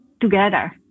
together